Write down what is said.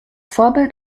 vorbild